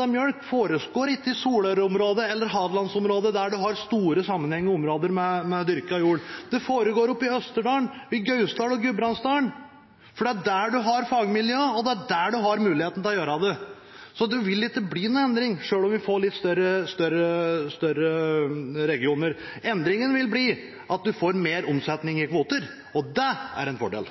av melk foregår ikke i Solør-området eller i Hadelands-området, der en har store, sammenhengende områder med dyrket jord. Det foregår i Østerdalen, i Gausdal og i Gudbrandsdalen, for det er der en har fagmiljøene, og det er der en har muligheten til å gjøre det. Så det vil ikke bli noen endring, selv om vi får litt større regioner. Endringen vil bli at en får mer omsetning av kvoter, og det er en fordel.